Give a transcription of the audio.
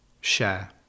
share